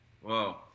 whoa